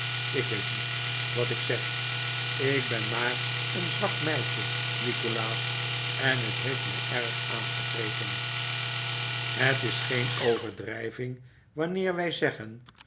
ik weet niet wat ik zeg ik ben maar een zwak meisje nikolaas en het heeft mij erg aangegrepen het is geen overdrijving wanneer wij zeggen